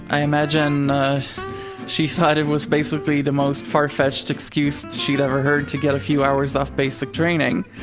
i imagine she thought it was basically the most far-fetched excuse she'd ever heard to get a few hours off basic training.